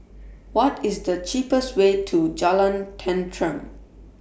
What IS The cheapest Way to Jalan Tenteram